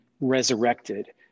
resurrected